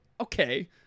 okay